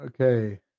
Okay